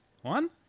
One